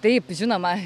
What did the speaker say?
taip žinoma